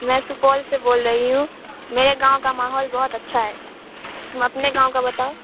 میں سپول سے بول رہی ہوں میرے گاؤں کا ماحول بہت اچھا ہے تم اپنے گاؤں کا بتاؤ